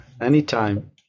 Anytime